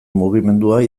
mugimendua